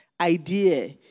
idea